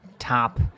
top